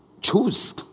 Choose